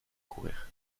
courir